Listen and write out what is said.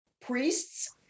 priests